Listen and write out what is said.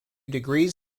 degrees